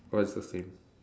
what is the same